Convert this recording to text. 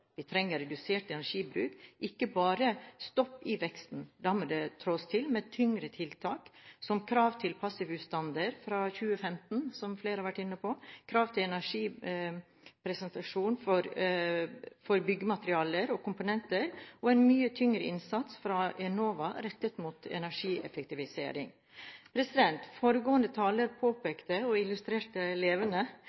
Vi trenger redusert energibruk, ikke bare stopp i veksten. Da må det trås til med tyngre tiltak, som krav om passivhusstandard fra 2015, slik flere har vært inne på, krav til energipresentasjon for byggematerialer og komponenter og en mye tyngre innsats fra Enova rettet mot energieffektivisering. Foregående taler